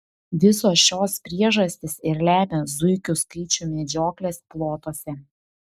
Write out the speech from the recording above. visos šios priežastys ir lemia zuikių skaičių medžioklės plotuose